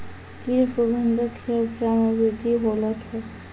कीट प्रबंधक से उपजा मे वृद्धि होलो छै